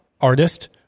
artist